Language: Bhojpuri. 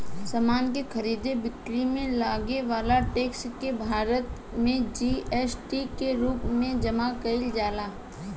समान के खरीद बिक्री में लागे वाला टैक्स के भारत में जी.एस.टी के रूप में जमा कईल जाला